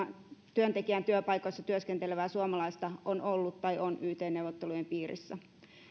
työntekijän työpaikoissa työskentelevää suomalaista on ollut tai on yt neuvottelujen piirissä